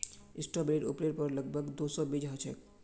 स्ट्रॉबेरीर उपरेर पर लग भग दो सौ बीज ह छे